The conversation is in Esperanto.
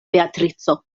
beatrico